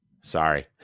sorry